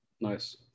Nice